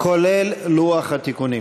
כולל לוח התיקונים.